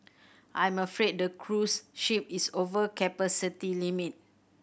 I'm afraid the cruise ship is over capacity limit